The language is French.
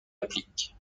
applique